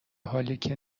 حالیکه